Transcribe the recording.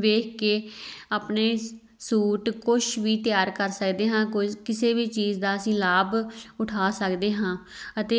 ਵੇਖ ਕੇ ਆਪਣੇ ਸੂਟ ਕੁਛ ਵੀ ਤਿਆਰ ਕਰ ਸਕਦੇ ਹਾਂ ਕੁਛ ਕਿਸੇ ਵੀ ਚੀਜ਼ ਦਾ ਅਸੀਂ ਲਾਭ ਉਠਾ ਸਕਦੇ ਹਾਂ ਅਤੇ